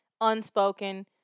unspoken